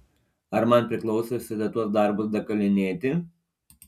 ar man priklauso visada tuos darbus dakalinėti